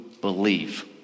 believe